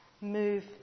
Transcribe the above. move